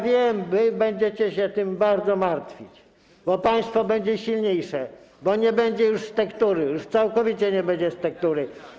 Wiem, wy będziecie się tym bardzo martwić, bo państwo będzie silniejsze, bo nie będzie już z tektury, już całkowicie nie będzie z tektury.